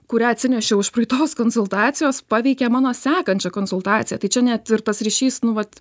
kurią atsinešiau iš praeitos konsultacijos paveikė mano sekančią konsultaciją tai čia net ir tas ryšys nu vat